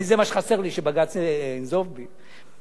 זה מה שחסר לי, שבג"ץ ינזוף בי.